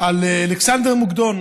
על אלכסנדר מוקדון.